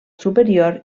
superior